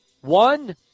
one